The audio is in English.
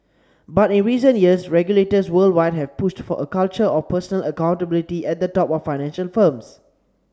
but in recent years regulators worldwide have pushed for a culture of personal accountability at the top of financial firms